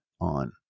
on